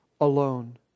alone